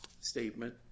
statement